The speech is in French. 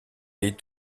est